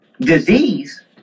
disease